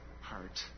heart